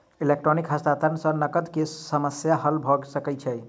electronic हस्तांतरण सॅ नकद के समस्या हल भ सकै छै